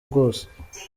bwose